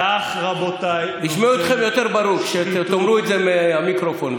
ישמעו אתכם יותר ברור כשתאמרו את זה מהמיקרופון,